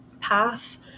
path